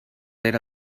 era